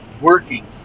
working